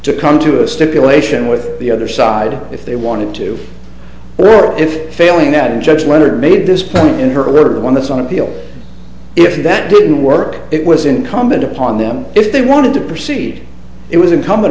to come to a stipulation with the other side if they wanted to there or if failing that and judge leonard made this point in her little one that's on appeal if that didn't work it was incumbent upon them if they wanted to proceed it was incumbent